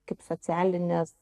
kaip socialinės